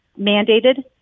mandated –